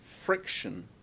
friction